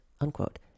unquote